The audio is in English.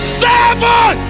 seven